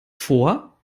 vor